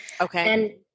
Okay